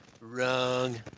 wrong